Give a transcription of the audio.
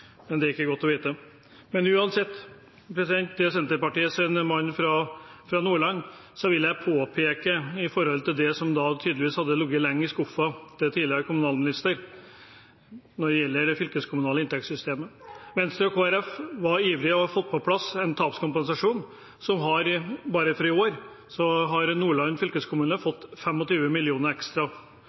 det er ikke godt å vite. Uansett vil jeg til Senterpartiets mann fra Nordland påpeke noe når det gjelder det fylkeskommunale inntektssystemet, som tydeligvis hadde ligget lenge i skuffen til den tidligere kommunalministeren: Venstre og Kristelig Folkeparti var ivrige og har fått på plass en tapskompensasjon. Bare i år har Nordland fylkeskommune fått 25 mill. kr ekstra